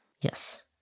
Yes